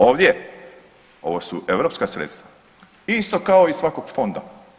Ovdje, ovo su europska sredstva isto kao i svakog fonda.